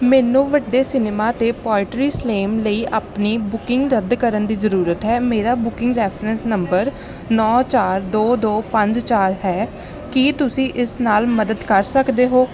ਮੈਨੂੰ ਵੱਡੇ ਸਿਨੇਮਾ 'ਤੇ ਪੋਇਟਰੀ ਸਲੈਮ ਲਈ ਆਪਣੀ ਬੁਕਿੰਗ ਰੱਦ ਕਰਨ ਦੀ ਜ਼ਰੂਰਤ ਹੈ ਮੇਰਾ ਬੁਕਿੰਗ ਰੈਫਰੈਂਸ ਨੰਬਰ ਨੌਂ ਚਾਰ ਦੋ ਦੋ ਪੰਜ ਚਾਰ ਹੈ ਕੀ ਤੁਸੀਂ ਇਸ ਨਾਲ ਮਦਦ ਕਰ ਸਕਦੇ ਹੋ